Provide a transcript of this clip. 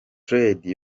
tardy